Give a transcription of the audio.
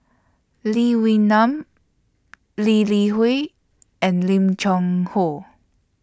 Lee Wee Nam Lee Li Hui and Lim Cheng Hoe